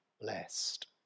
blessed